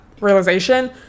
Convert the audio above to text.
realization